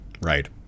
Right